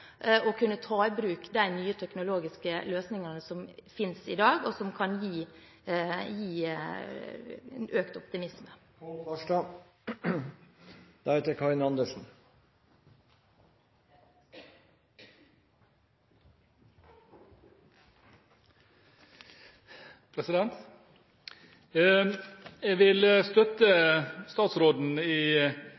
og kan ta i bruk de nye teknologiske løsningene som finnes i dag, og som kan gi en økt optimisme.